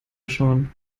schon